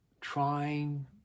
trying